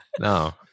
No